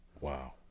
Wow